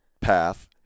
path